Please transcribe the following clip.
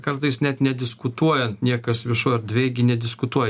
kartais net nediskutuojant niekas viešoj erdvėj gi nediskutuoja